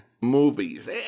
movies